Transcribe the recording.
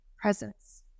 presence